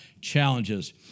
challenges